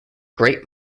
great